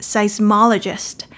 Seismologist